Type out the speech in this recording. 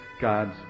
God's